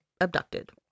abducted